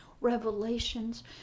revelations